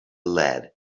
lead